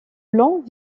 blancs